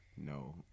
No